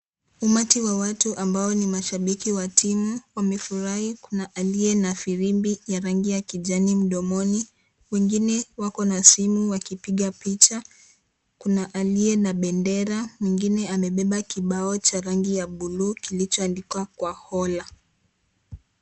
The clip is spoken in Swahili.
Umati wa watu ambao ni mashabiki wa timu, wamefurai kuna aliye na firimbi ya rangi ya kijani mdomoni, wengine wako na simu wakipiga picha, kuna aliye na bendera mwingine amebeba kibao cha rangi ya (cs)blue(cs), kilicho andikwa kwa hola.